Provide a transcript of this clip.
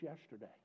yesterday